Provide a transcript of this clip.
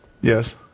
Yes